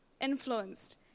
influenced